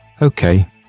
Okay